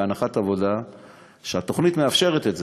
בהנחת עבודה שהתוכנית מאפשרת את זה,